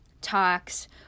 talks